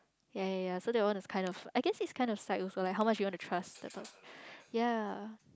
ya ya ya so that one is kind of I guess is kind of like also like how much you wanna trust that's what ya